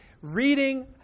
reading